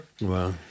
Wow